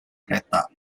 kereta